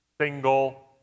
single